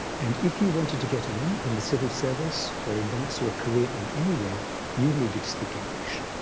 and if you wanted to get on in the civil service or advance your career in anyway, you needed to speak english.